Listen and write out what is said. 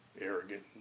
arrogant